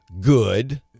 good